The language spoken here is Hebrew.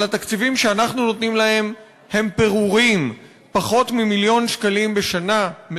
אבל התקציבים שאנחנו נותנים להם הם פירורים: פחות ממיליון שקלים בשנה.